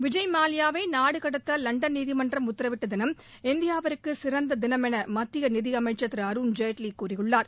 விஜய் மல்லையாவை நாடு கடத்த லண்டன் நீதிமன்றம் உத்தரவிட்ட தினம் இந்தியாவிற்கு சிறந்த தினம் என மத்திய நிதியமைச்சர் திரு அருண் ஜேட்லி கூறியுள்ளார்